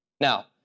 Now